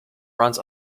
runs